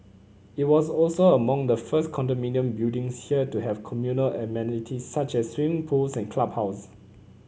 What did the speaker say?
it was also among the first condominium buildings here to have communal amenities such as swim pools and clubhouses